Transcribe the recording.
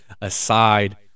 aside